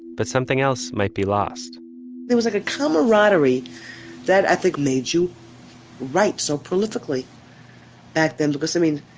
but something else might be lost there was a good camaraderie that i think made you write so prolifically back then because i mean,